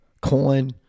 coin